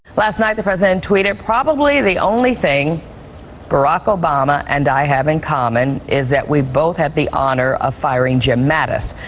last night the president tweeted, probably the only thing barack obama and i have in common is that we both have the honor of firing jim mattis,